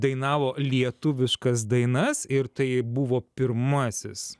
dainavo lietuviškas dainas ir tai buvo pirmasis